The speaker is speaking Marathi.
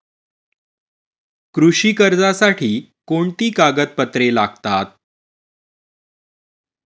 कृषी कर्जासाठी कोणती कागदपत्रे लागतात?